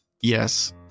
Yes